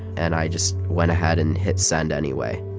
and i just went ahead and hit send anyway